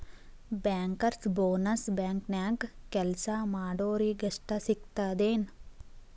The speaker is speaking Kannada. ಬ್ಯಾಂಕರ್ಸ್ ಬೊನಸ್ ಬ್ಯಾಂಕ್ನ್ಯಾಗ್ ಕೆಲ್ಸಾ ಮಾಡೊರಿಗಷ್ಟ ಸಿಗ್ತದೇನ್?